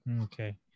Okay